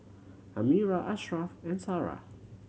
Amirah Ashraff and Sarah